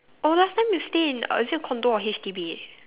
oh last time you stay in is it a condo or H_D_B